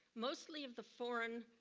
mostly of the foreign